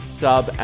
sub